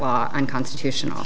law unconstitutional